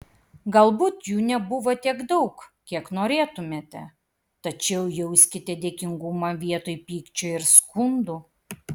galbūt jų nebuvo tiek daug kiek norėtumėte tačiau jauskite dėkingumą vietoj pykčio ir skundų